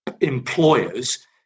employers